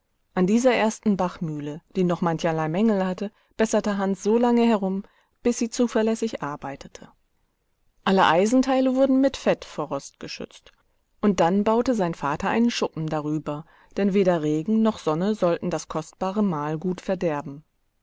an dieser ersten bachmühle die noch mancherlei mängel hatte besserte hans so lange herum bis sie zuverlässig arbeitete alle eisenteile wurden mit fett vor rost geschützt und dann baute sein vater einen schuppen darüber denn weder regen noch sonne sollten das kostbare mahlgut verderben